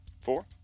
four